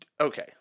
Okay